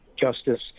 justice